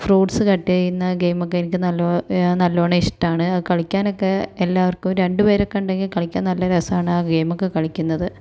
fruits cut ചെയ്യുന്ന ഗെയിമൊക്കെ എനിക്ക് നല്ലോ നല്ലോണം ഇഷ്ടമാണ് അത് കളിക്കാനൊക്കെ എല്ലാവർക്കും രണ്ട് പേരൊക്കെ ഉണ്ടെങ്കിൽ കളിക്കാൻ നല്ല രസാണ് ആ ഗെയിമൊക്കെ കളിക്കുന്നത്